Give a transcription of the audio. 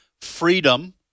freedom